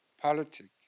politics